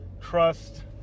trust